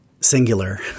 singular